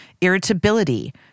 irritability